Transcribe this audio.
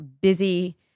busy